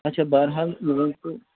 اچھا بحرحال مےٚ ؤنۍتو